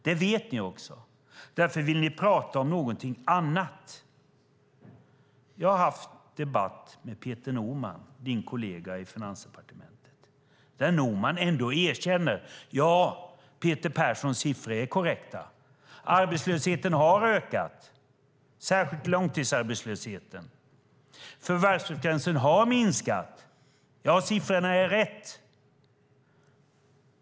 Det vet ni också, och därför vill ni prata om någonting annat. Jag har haft en debatt med Peter Norman - Anders Borgs kollega i Finansdepartementet. Norman erkände då att: Ja, Peter Perssons siffror är korrekta. Arbetslösheten, och särskilt långtidsarbetslösheten, har ökat. Förvärvsfrekvensen har minskat. Siffrorna är rätt.